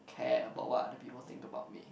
care about what other people think about me